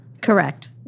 Correct